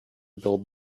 build